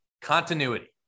continuity